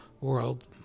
world